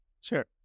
Sure